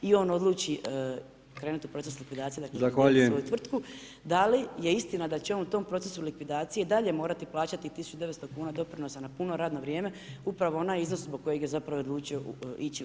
I on odluci krenuti u proces likvidacije [[Upadica: Zahvaljujem.]] svoju tvrtku da li je istina da će on u tom procesu likvidacije i dalje morati plaćati 1900 kn doprinosa na puno radno vrijeme upravo onaj iznos zbog kojeg je zapravo odluči ići u likvidaciju.